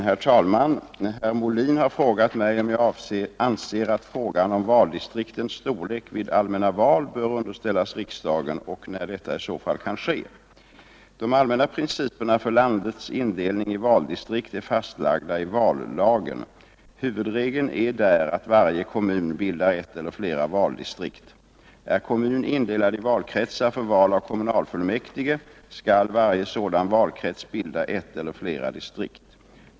Herr talman! Herr Molin har frågat mig om jag anser att frågan om valdistriktens storlek vid allmänna val bör underställas riksdagen och när detta i så fall kan ske. De allmänna principerna för landets indelning i valdistrikt är fastlagda i vallagen. Huvudregeln är där att varje kommun bildar ett eller flera valdistrikt. Är kommun indelad i valkretsar för val av kommunfullmäktige, skall varje sådan valkrets bilda ett eller flera distrikt.